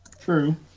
True